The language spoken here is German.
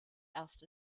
erst